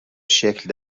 شکل